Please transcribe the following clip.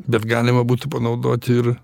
bet galima būtų panaudoti ir